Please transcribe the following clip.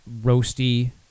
roasty